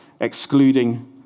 excluding